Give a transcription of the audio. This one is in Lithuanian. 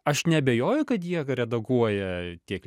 aš neabejoju kad jie redaguoja tiek